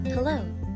Hello